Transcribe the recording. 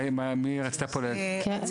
מי רצתה פה להגיד?